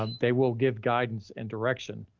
um they will give guidance and direction.